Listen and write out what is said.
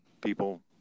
People